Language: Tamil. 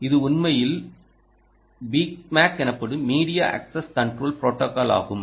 இது உண்மையில் BMac எனப்படும் மீடியா அக்ஸஸ் கன்ட்ரோல் ப்ரோடோகால் அகும்